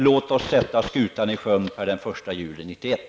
Låt oss sätta skutan i sjön den 1 juli 1991.